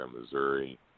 Missouri